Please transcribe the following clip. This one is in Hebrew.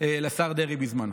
לשר דרעי בזמנו.